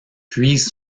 puise